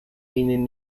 meaning